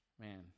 Man